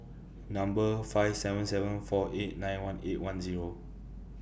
Number five seven seven four eight nine one eight one Zero